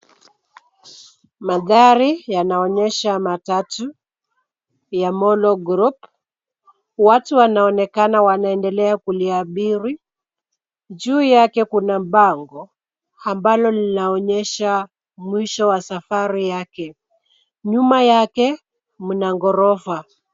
Mandhari yanaonyesha matatu ya molo group. Watu wanaonekana wanaendelea kuliabiri. Juu yake kuna bango ambalo linaonyesha mwisho wa safari yake. Nyuma yake mna ghorofa.